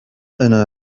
أنا